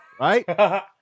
right